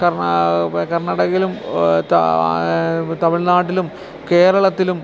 കർണാടകയിലും തമിഴ്നാട്ടിലും കേരളത്തിലും